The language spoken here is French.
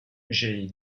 j’ai